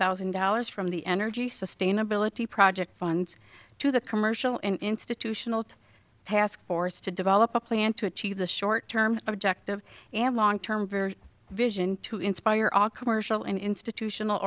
thousand dollars from the energy sustainability project funds to the commercial institutional taskforce to develop a plan to achieve the short term objective and long term very vision to inspire all commercial and institutional